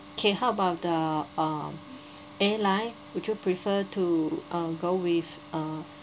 okay how about the uh airline would you prefer to uh go with uh